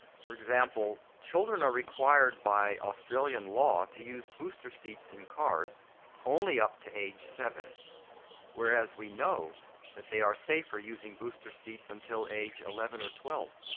for example children are required by australian law to use booster seats in cars only up to age seven whereas we know that they are safer using booster seats until age eleven or twelve.